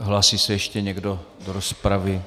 Hlásí se ještě někdo do rozpravy?